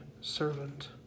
servant